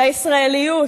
לישראליות,